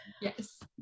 Yes